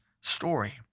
story